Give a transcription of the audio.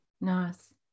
Nice